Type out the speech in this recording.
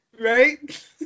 Right